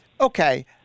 Okay